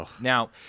Now